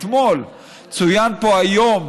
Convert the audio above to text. אתמול צוין פה היום